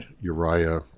Uriah